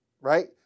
right